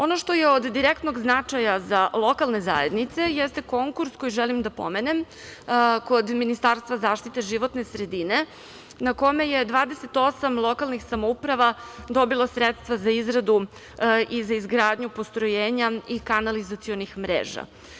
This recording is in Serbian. Ono što je od direktnog značaja za lokalne zajednice jeste konkurs koji želim da pomenem kod Ministarstva zaštite životne sredine, na kome je 28 lokalnih samouprava dobilo sredstva za izradu i za izgradnju postrojenja i kanalizacionih mreža.